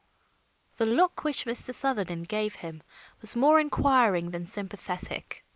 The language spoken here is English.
the look which mr. sutherland gave him was more inquiring than sympathetic.